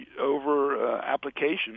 over-application